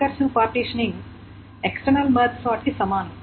recursive partitioning external merge sort కి సమానం